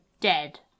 Dead